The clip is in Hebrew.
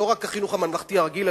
לא רק החינוך הממלכתי הרגיל,